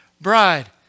bride